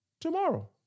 tomorrow